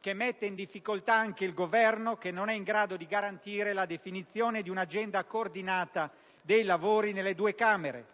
che mette in difficoltà anche il Governo che non è in grado di garantire la definizione di un'agenda coordinata dei lavori nelle due Camere;